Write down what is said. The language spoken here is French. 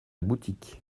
boutique